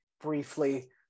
briefly